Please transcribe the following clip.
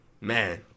man